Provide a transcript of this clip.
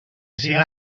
siga